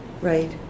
Right